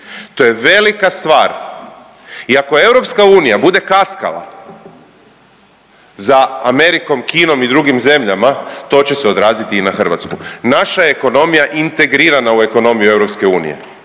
To je velika stvar. I ako EU bude kaskala za Amerikom, Kinom i drugim zemljama to će se odraziti i na Hrvatsku. Naša je ekonomija integrirana u ekonomiju EU i ne